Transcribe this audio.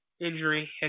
Injury